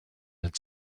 had